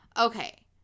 okay